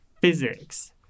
physics